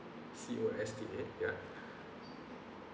C O S T A ya